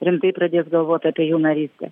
rimtai pradėt galvot apie jų narystę